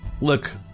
look